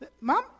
Mom